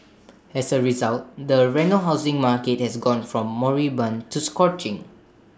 as A result the Reno housing market has gone from moribund to scorching